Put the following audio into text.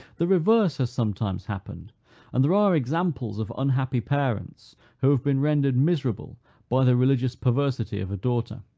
the reverse has sometime happened and there are examples of unhappy parents, who have been rendered miserable by the religious perversity of a daughter.